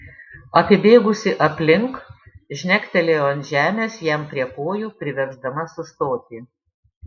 apibėgusi aplink žnektelėjo ant žemės jam prie kojų priversdama sustoti